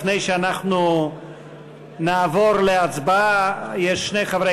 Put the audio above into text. לפני שאנחנו נעבור להצבעה יש שני חברי